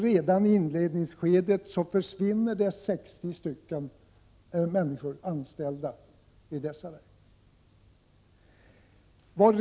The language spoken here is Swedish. Redan i inledningsskedet skall 60 anställda försvinna.